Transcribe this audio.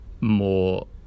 more